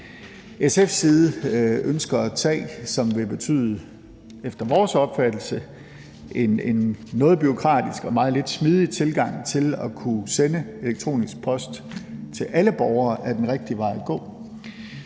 SF's side ønsker at gå, og som efter vores opfattelse vil betyde en noget bureaukratisk og meget lidt smidig tilgang til at kunne sende elektronisk post til alle borgere, er den rigtige vej at gå.